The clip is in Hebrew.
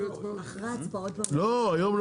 הישיבה ננעלה